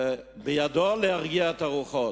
בידו להרגיע את הרוחות.